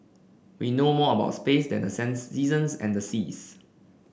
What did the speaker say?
we know more about space than the sense seasons and seas